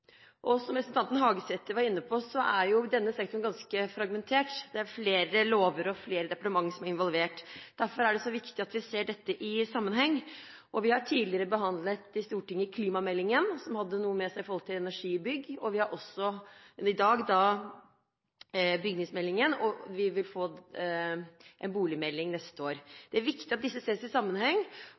byggesektoren. Som representanten Hagesæter var inne på, er denne sektoren ganske fragmentert. Det er flere lover og flere departementer som er involvert. Derfor er det så viktig at vi ser dette i sammenheng. Vi har tidligere her i Stortinget behandlet klimameldingen, som rommet en del om energibygg, vi har i dag bygningsmeldingen, og vi vil få en boligmelding neste år. Det er viktig at disse ses i sammenheng,